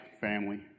family